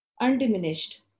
undiminished